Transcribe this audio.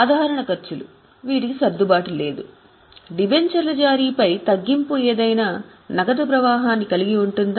సాధారణ ఖర్చులు వీటికి సర్దుబాటు లేదు డిబెంచర్ల జారీపై తగ్గింపు ఏదైనా నగదు ప్రవాహాన్ని కలిగి ఉంటుందా